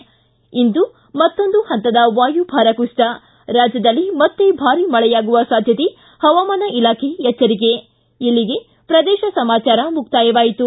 ್ಲಿ ಇಂದು ಮತ್ತೊಂದು ಹಂತದ ವಾಯುಭಾರ ಕುಸಿತ ರಾಜ್ಯದಲ್ಲಿ ಮತ್ತೆ ಭಾರಿ ಮಳೆಯಾಗುವ ಸಾಧ್ಯತೆ ಹವಾಮಾನ ಇಲಾಖೆ ಎಚ್ಚರಿಕೆ ಇಲ್ಲಿಗೆ ಪ್ರದೇಶ ಸಮಾಚಾರ ಮುಕ್ತಾಯವಾಯಿತು